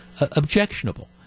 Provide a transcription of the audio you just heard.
objectionable